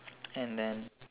and then